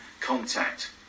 contact